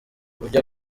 ujya